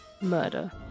murder